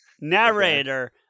narrator